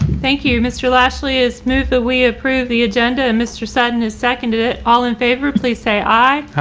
thank you. mr. lashley. is moved that we approve the agenda. and mr. sutton is second it all in favor, please say aye.